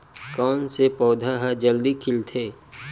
कोन से पौधा ह जल्दी से खिलथे?